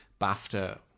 BAFTA